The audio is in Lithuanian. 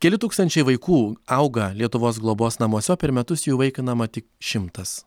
keli tūkstančiai vaikų auga lietuvos globos namuose o per metus jų įvaikinama tik šimtas